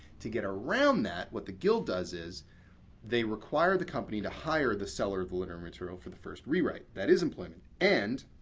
to get around that, what the guild does is they require the company to hire the seller of the literary material for the first rewrite that is employment. and,